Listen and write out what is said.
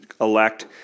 elect